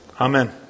Amen